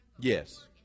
yes